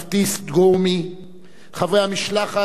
חברי המשלחת המכובדת מחוף-השנהב,